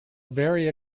very